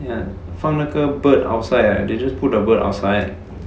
ya 放那个 bird outside lah they just put a bird outside